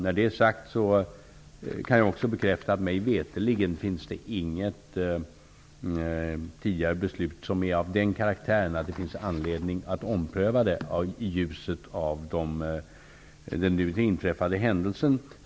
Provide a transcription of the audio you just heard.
När det är sagt kan jag också bekräfta att det mig veterligen inte finns något tidigare beslut som är av den karaktären att det finns anledning att ompröva det i ljuset av den nu inträffande händelsen.